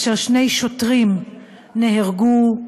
ושני שוטרים נהרגו.